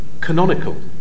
canonical